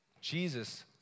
Jesus